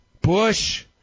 Bush